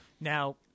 Now